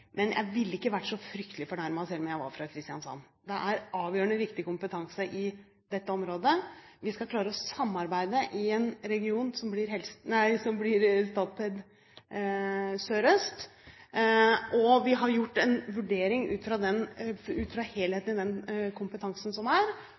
Men jeg ville ikke vært så fryktelig fornærmet selv om jeg var fra Kristiansand. Det er avgjørende viktig kompetanse i dette området. Vi skal klare å samarbeide i en region som blir Statped Sørøst. Og vi har gjort en vurdering ut fra helheten i den